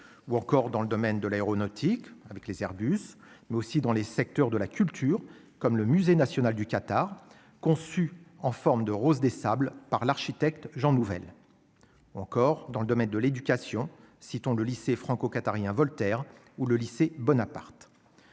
ou encore dans le domaine de l'aéronautique avec les Airbus, mais aussi dans les secteurs de la culture, comme le Musée national du Qatar conçu en forme de rose des sables par l'architecte Jean Nouvel encore dans le domaine de l'éducation, citons le lycée franco-qatarien Voltaire ou le lycée Bonaparte.